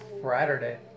Friday